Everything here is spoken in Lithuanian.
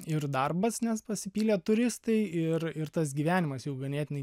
ir darbas nes pasipylė turistai ir ir tas gyvenimas jau ganėtinai